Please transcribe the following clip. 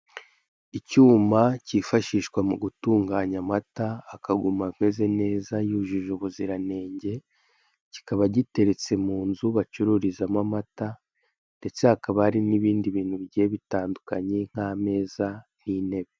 Icyuma kifashishwa mugutunganya amataka akaguma ameze neza yujuje ubuziranenge, kikaba giteretse munzu bacururizamo amata, ndetse hakaba hari n'ibindi bintu bigiye bitandukanye nk'ameza n'intebe.